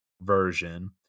version